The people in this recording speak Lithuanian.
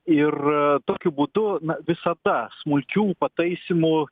ir tokiu būdu visada smulkių pataisymų